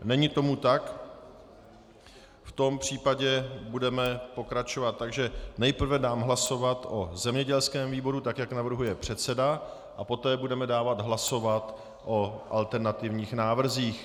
Není tomu tak, v tom případě budeme pokračovat tak, že nejprve dám hlasovat o zemědělském výboru, tak jak navrhuje předseda, a poté budeme dávat hlasovat o alternativních návrzích.